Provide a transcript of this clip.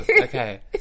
okay